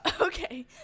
Okay